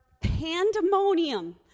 pandemonium